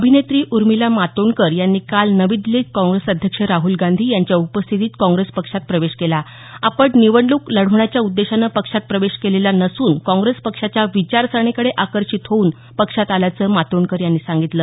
अभिनेत्री उर्मिला मातोंडकर यांनी काल नवी दिल्लीत काँग्रेस अध्यक्ष राहुल गांधी यांच्या उपस्थितीत काँग्रेस पक्षात प्रवेश केला आपण निवडणूक लढवण्याच्या उद्देशाने पक्षात प्रवेश केलेला नसून काँप्रेस पक्षाच्या विचारसरणीकडे आकर्षित होऊन पक्षात आल्याचं मातोंडकर यांनी सांगितलं